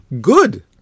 good